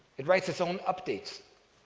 it writes its own updates.